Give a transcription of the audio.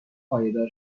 پایدار